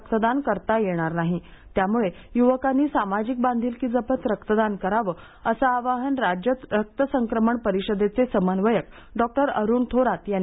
रक्तदान करता येणार नाहीत्यामुळे युवकांनी सामाजिक बांधिलकी जपत रक्तदान करावे असं आवाहन राज्य रक्त संक्रमण परिषदेचे समन्वयक डॉ अरुण थोरात यांनी